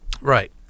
Right